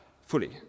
fully